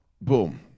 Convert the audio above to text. Boom